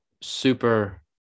super